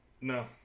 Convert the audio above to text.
No